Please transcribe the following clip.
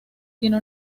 tiene